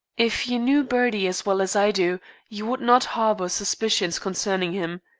if you knew bertie as well as i do, you would not harbor suspicions concerning him.